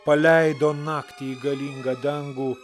paleido naktį į galingą dangų